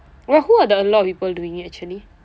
but who are the a alot of people doing it actually